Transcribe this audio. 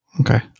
Okay